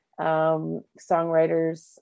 songwriters